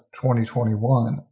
2021